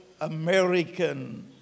American